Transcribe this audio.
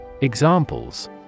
Examples